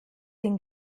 den